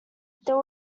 there